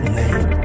name